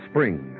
Spring